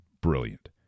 brilliant